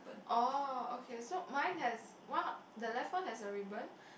orh okay so mine has one the left one has a ribbon